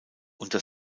unter